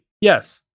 Yes